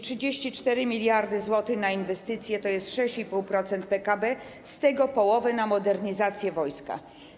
34 mld zł na inwestycje to jest 6,5% PKB, z tego połowę na modernizację wojska.